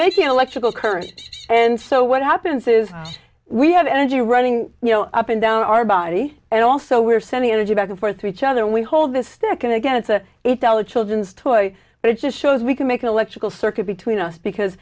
making electrical current and so what happens is we have energy running you know up and down our body and also we're sending energy back and forth to each other and we hold this stick and again it's a it's all a children's toy but it just shows we can make electrical circuit between us because